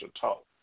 Talk